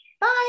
bye